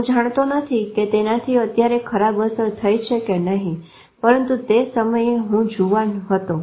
હું જાણતો નથી કે તેનાથી અત્યારે ખરાબ અસર થઇ છે કે નહી પરંતુ તે સમયે હું જુવાન હતો